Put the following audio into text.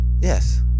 Yes